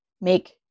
make